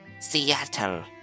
Seattle